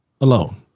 alone